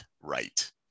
right